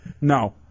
No